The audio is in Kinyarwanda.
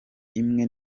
imwe